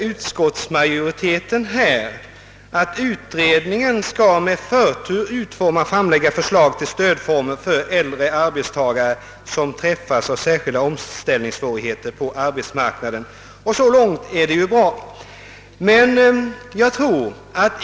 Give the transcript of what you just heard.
Utskottsmajoriteten säger att »utredningen skall med förtur utforma och framlägga förslag till stödformer för äldre arbetstagare som träffas av särskilda omställningssvårigheter på arbetsmarknaden», och så långt är det ju bra.